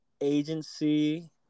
agency